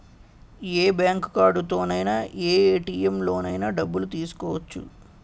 ఏ bank కార్డుతోనైన ఏ ATM లోనైన డబ్బులు తీసుకోవచ్చు